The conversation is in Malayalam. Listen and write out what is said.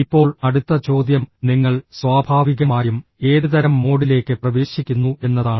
ഇപ്പോൾ അടുത്ത ചോദ്യം നിങ്ങൾ സ്വാഭാവികമായും ഏതുതരം മോഡിലേക്ക് പ്രവേശിക്കുന്നു എന്നതാണ്